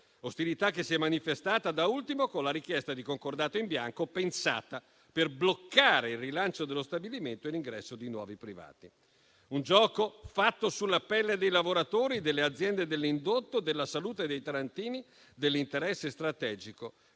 ostilità che si è manifestata, da ultimo, con la richiesta di concordato in bianco pensata per bloccare il rilancio dello stabilimento e l'ingresso di nuovi privati. Un gioco fatto sulla pelle dei lavoratori, delle aziende dell'indotto, della salute dei tarantini e dell'interesse strategico